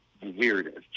Weirdest